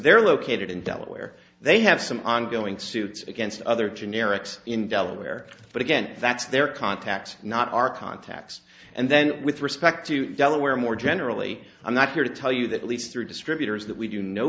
they're located in delaware they have some ongoing suits against other generics in delaware but again that's their contact not our contacts and then with respect to delaware more generally i'm not here to tell you that at least through distributors that we do no